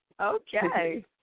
Okay